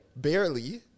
Barely